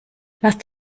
lasst